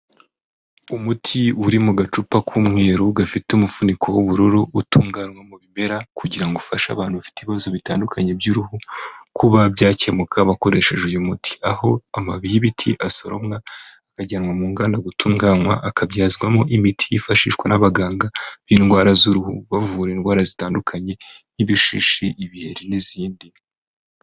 Umuti uri mu gacupa k'umweruru gafite umufuniko w'ubururu utunganywa mu bimera, kugirango ngo ufashe abantu bafite ibibazo bitandukanye by'uruhu kuba byakemuka bakoresheje uyu muti. Aho amabubi y'ibiti asoromwa akajyanwa mu nganda gutunganywa akabyazwamo imiti yifashishwa n'abaganga b'indwara z'uruhu, bavura indwara zitandukanye nk'ibishishi, ibiheri n'izindi.